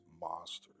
monsters